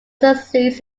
succeeds